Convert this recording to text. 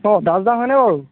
hello Das da হয়নে বাৰু